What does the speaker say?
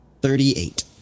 Thirty-eight